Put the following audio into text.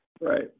Right